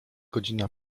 godzina